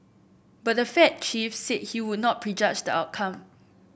but the Fed chief said he would not prejudge the outcome